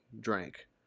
drank